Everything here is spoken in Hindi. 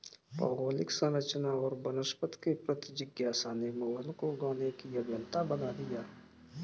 भौगोलिक संरचना और वनस्पति के प्रति जिज्ञासा ने मोहन को गाने की अभियंता बना दिया